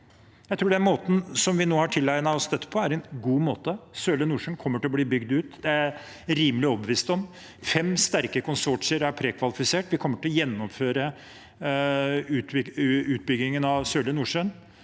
Jeg tror den måten vi nå har tilegnet oss dette på, er en god måte. Sørlige Nordsjø II kommer til å bli bygd ut, det er jeg rimelig overbevist om. Fem sterke konsortier er prekvalifisert. Vi kommer til å gjennomføre utbyggingen av Sørlige Nordsjø